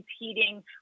competing